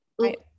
Right